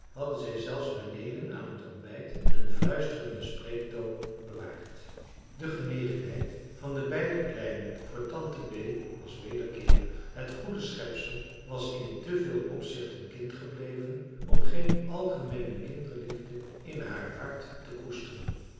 hadden zij zelfs beneden aan het ontbijt den fluisterenden spreektoon bewaard de genegenheid van de beide kleinen voor tante bee was wederkeerig het goede schepsel was in te veel opzichten kind gebleven om geen algemeene kinderliefde in haar hart te koesteren